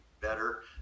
better